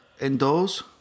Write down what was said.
Indoors